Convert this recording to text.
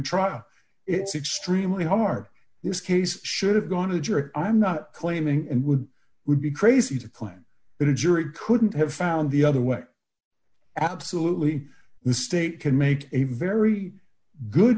trial it's extremely hard in this case should have gone to the jury i'm not claiming and would would be crazy to claim that a jury couldn't have found the other way absolutely the state can make a very good